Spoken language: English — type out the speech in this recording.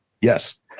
Yes